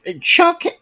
Chuck